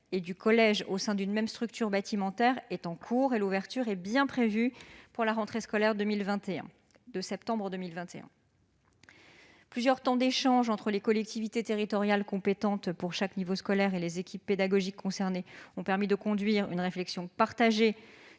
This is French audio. et du collège au sein d'une même structure bâtimentaire est en cours, et l'ouverture est bien prévue pour la rentrée scolaire de septembre 2021. Plusieurs temps d'échanges entre les collectivités territoriales compétentes pour chaque niveau scolaire et les équipes pédagogiques concernées ont permis d'aboutir à une réflexion partagée